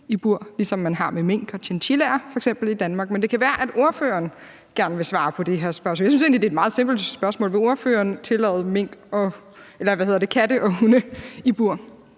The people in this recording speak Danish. ligesom man f.eks. har det med mink og chinchillaer i Danmark, men det kan være, at ordføreren for Moderaterne gerne vil svare på det her spørgsmål. Jeg synes egentlig, det er et meget simpelt spørgsmål. Vil ordføreren tillade katte og hunde i bur?